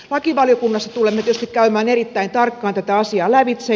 lakivaliokunnassa tulemme tietysti käymään erittäin tarkkaan tätä asiaa lävitse